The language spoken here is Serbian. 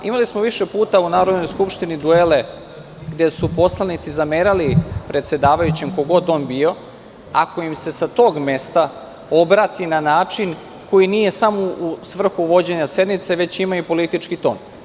Imali smo više puta u Narodnoj skupštini duele gde su poslanici zamerali predsedavajućem, ko god on bio, ako im se sa tog mesta obrati na način koji nije samo u svrhu vođenja sednice, već ima i politički ton.